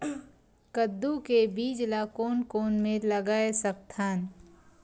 कददू के बीज ला कोन कोन मेर लगय सकथन?